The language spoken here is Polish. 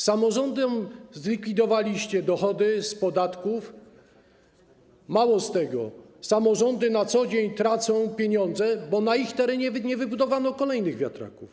Samorządom zlikwidowaliście dochody z podatków, mało tego, samorządy na co dzień tracą pieniądze, bo na ich terenie nie wybudowano kolejnych wiatraków.